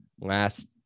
last